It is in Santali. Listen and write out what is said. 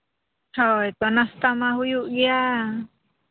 ᱦᱳᱭ ᱪᱟ ᱱᱟᱥᱛᱟ ᱢᱟ ᱦᱩᱭᱩᱜ ᱜᱮᱭᱟ